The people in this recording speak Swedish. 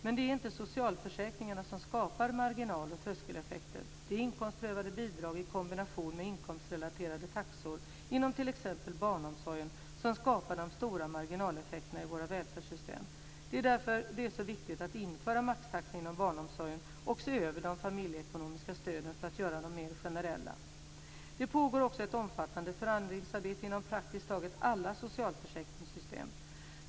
Men det är inte socialförsäkringarna som skapar marginal och tröskeleffekter. Det är inkomstprövade bidrag, i kombination med inkomstrelaterade taxor inom t.ex. barnomsorgen, som skapar de stora marginaleffekterna i våra välfärdssystem. Det är därför det är så viktigt att införa maxtaxa inom barnomsorgen och att se över de familjeekonomiska stöden för att göra dem mer generella. Det pågår också ett omfattande förändringsarbete inom praktiskt taget alla socialförsäkringssystem.